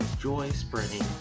joy-spreading